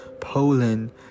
Poland